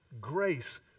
grace